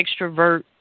extrovert